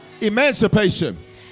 emancipation